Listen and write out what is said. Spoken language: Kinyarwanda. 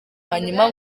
hanyuma